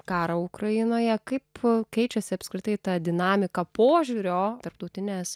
karą ukrainoje kaip keičiasi apskritai ta dinamika požiūrio tarptautinės